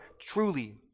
truly